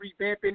revamping